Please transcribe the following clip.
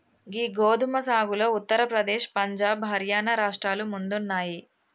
గీ గోదుమ సాగులో ఉత్తర ప్రదేశ్, పంజాబ్, హర్యానా రాష్ట్రాలు ముందున్నాయి